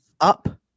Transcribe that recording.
up